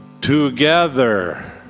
together